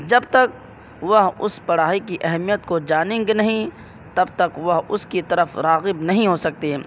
جب تک وہ اس پڑھائی کی اہمیت کو جانیں گے نہیں تب تک وہ اس کی طرف راغب نہیں ہو سکتے